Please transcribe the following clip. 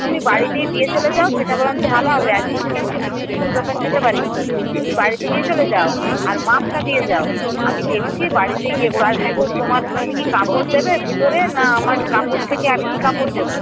তুমি বাড়িতেই দিয়ে চলে যাও সেটা বরঞ্চ ভালো হবে আজকে তো বৃষ্টি পড়ছিল আমি দোকানে যেতে পারিনি তুমি বাড়িতে দিয়ে চলে যাও আর মাপটা দিয়ে যাও আমি দেখছি বাড়িতে ইয়ে করে আর হ্যাঁ গো তোমার তুমি কি কাপড় দেবে ভিতরের না আমার কাপড় থেকে আমিই কাপড় দেবো